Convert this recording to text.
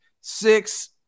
Six